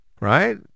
Right